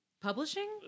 publishing